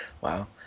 Wow